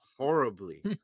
Horribly